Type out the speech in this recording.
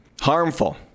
Harmful